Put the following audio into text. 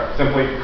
simply